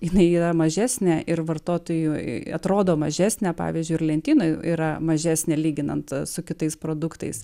jinai yra mažesnė ir vartotojui atrodo mažesnė pavyzdžiui ir lentynoje yra mažesnė lyginant su kitais produktais